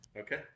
Okay